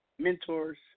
Mentors